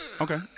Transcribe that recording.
okay